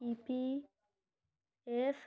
EPF